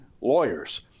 lawyers